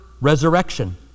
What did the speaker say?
resurrection